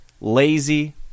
lazy